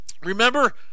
remember